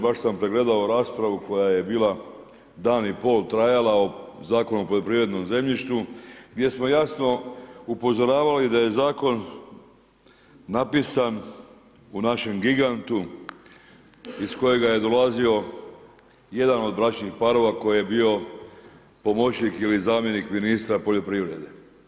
Baš sam pregledao raspravu koja je bila dan i pol trajala o Zakonu o poljoprivrednom zemljištu gdje smo jasno upozoravali da je zakon napisan u našem gigantu iz kojega je dolazio jedan od bračnih parova koji je bio pomoćnik ili zamjenik ministra poljoprivrede.